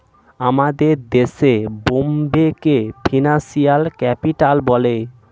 আমাদের দেশে বোম্বেকে ফিনান্সিয়াল ক্যাপিটাল বলে